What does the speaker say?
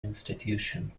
institution